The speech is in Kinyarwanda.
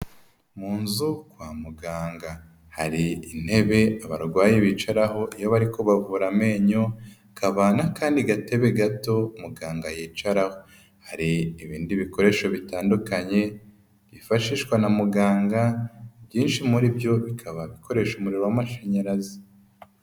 Mu nzu kwa muganga hari intebe abarwayi bicaraho iyo bari kubavura amenyo, hakaba n'akandi gatebe gato muganga yicaraho. Hari ibindi bikoresho bitandukanye byifashishwa na muganga, byinshi muri byo bikaba bikoresha umuriro w'amashanyarazi.